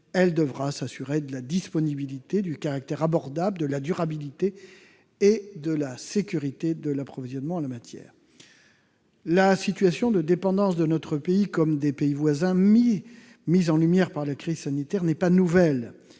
Elle devra s'assurer de la disponibilité, du caractère abordable, de la durabilité et de la sécurité de l'approvisionnement en la matière. La situation de dépendance de notre pays et de nos voisins que la crise sanitaire a mise en lumière n'est pas nouvelle,